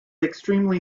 extremely